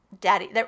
daddy